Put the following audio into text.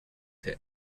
hit